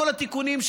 כל התיקונים,